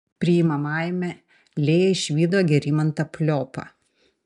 priimamajame lėja išvydo gerimantą pliopą